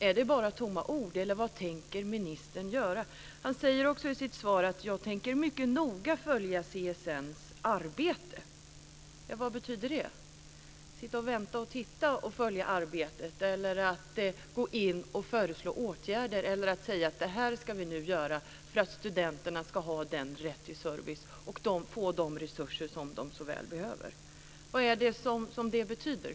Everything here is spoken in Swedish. Är det bara tomma ord, eller vad tänker ministern göra? Han säger i sitt svar att han mycket noga tänker följa CSN:s arbete. Vad betyder det? Är det att sitta och vänta, titta och följa arbetet eller att gå in och föreslå åtgärder eller att säga att så här ska vi göra för att studenterna ska ha sin rätt till service och få de resurser som de så väl behöver? Vad betyder det?